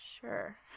sure